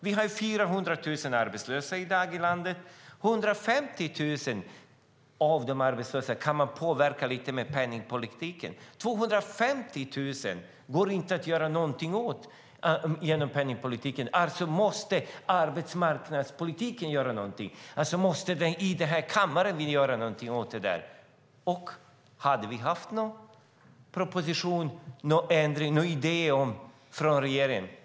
Vi har 400 000 arbetslösa i landet i dag. 150 000 av dem kan man påverka lite med penningpolitiken. 250 000 går det inte att göra något åt genom penningpolitiken. Alltså måste arbetsmarknadspolitiken göra något. Alltså måste vi göra något åt det i den här kammaren. Och har vi haft någon proposition, någon ändring eller någon idé från regeringen?